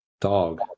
Dog